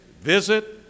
Visit